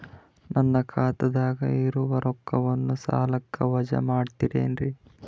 ನನ್ನ ಖಾತಗ ಇರುವ ರೊಕ್ಕವನ್ನು ಸಾಲಕ್ಕ ವಜಾ ಮಾಡ್ತಿರೆನ್ರಿ?